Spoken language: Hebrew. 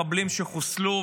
מחבלים שחוסלו,